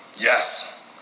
Yes